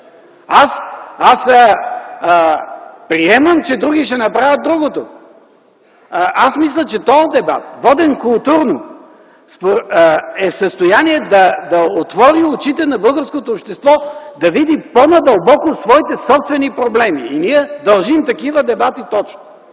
Аз приемам, че други ще направят другото. Аз мисля, че тоя дебат, воден културно, е в състояние да отвори очите на българското общество да види по-надълбоко в своите собствени проблеми. Ние дължим точно такива дебати.